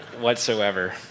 Whatsoever